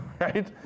right